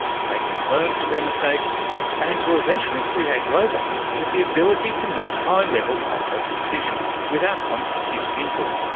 to make them learn from their mistakes and to eventually create robots with the ability to make high-level, complex decisions without constant human input.